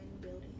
building